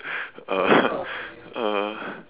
uh uh